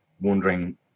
wondering